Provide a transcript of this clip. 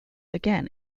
again